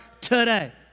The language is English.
today